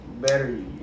better